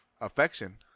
affection